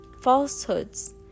falsehoods